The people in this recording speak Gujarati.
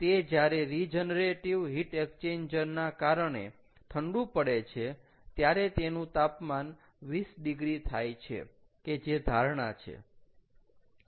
તે જ્યારે રીજનરેટિવ હીટ એક્સચેન્જરના કારણે ઠંડુ પડે છે ત્યારે તેનું તાપમાન 20 ડીગ્રી થાય છે કે જે ધારણા છે